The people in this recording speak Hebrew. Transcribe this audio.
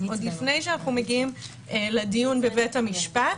עוד לפני שאנחנו מגיעים לדיון בבית המשפט.